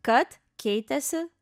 kad keitėsi